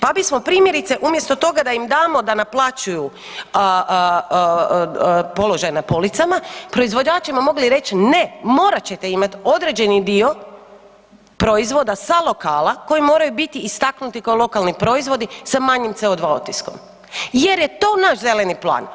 Pa bismo primjerice umjesto toga da im damo da naplaćuju položaj na policama, proizvođačima mogli reć ne, morat ćete imat određeni dio proizvoda sa lokala koji moraju biti istaknuti kao lokalni proizvodi sa manjim CO2 otiskom jer je to naš Zeleni plan.